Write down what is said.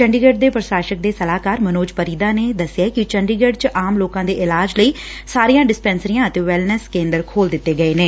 ਚੰਡੀਗੜ ਦੇ ਪ੍ਰਸਾਸਕ ਦੇ ਸਲਾਹਕਾਰ ਮਨੋਜ ਪਰਿਦਾ ਨੇ ਦਸਿਐ ਕਿ ਚੰਡੀਗੜ ਚ ਆਮ ਲੋਕਾ ਦੇ ਇਲਾਜ ਲਈ ਸਾਰੀਆਂ ਡਿਸਪੈਨਸਰੀਆਂ ਅਤੇ ਵੈੱਲਨੈੱਸ ਕੇਂਦਰ ਖੋਲ਼ ਦਿੱਤੇ ਗਏ ਨੇ